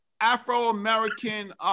Afro-American